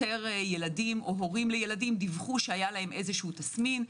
יותר הורים לילדים דיווחו שהיה להם תסמין.